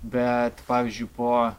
bet pavyzdžiui po